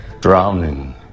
drowning